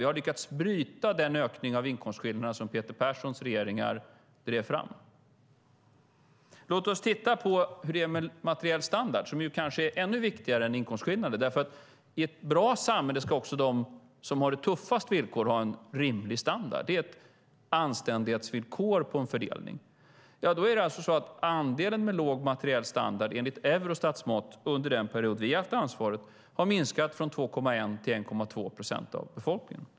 Vi har lyckats bryta den ökning av inkomstskillnader som Peter Perssons regeringar drev fram. Låt oss titta på hur det är med materiell standard, som kanske är ännu viktigare än inkomstskillnader, för i ett bra samhälle ska också de som har tuffast villkor ha en rimlig standard. Det är ett anständighetsvillkor när det gäller fördelning. Och andelen med låg materiell standard har, enligt Eurostats mått, under den period som vi har haft ansvaret minskat från 2,1 till 1,2 procent av befolkningen.